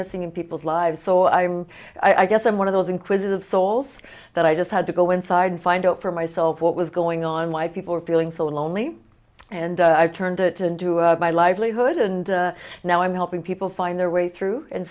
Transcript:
missing in people's lives so i'm i guess i'm one of those inquisitive souls that i just had to go inside and find out for myself what was going on why people were feeling so lonely and i turned it into my livelihood and now i'm helping people find their way through and